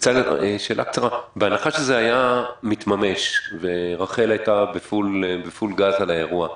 שאלה קצרה בהנחה שזה היה מתממש ורח"ל היתה בפול גז על האירוע,